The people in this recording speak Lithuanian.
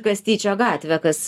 kastyčio gatvė kas